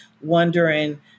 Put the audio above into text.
wondering